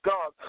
God